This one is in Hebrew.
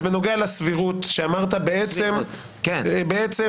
בנוגע לסבירות שאמרת, בעצם